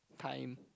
time